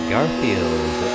Garfield